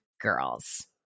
Girls